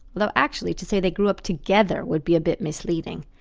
although, actually, to say they grew up together would be a bit misleading,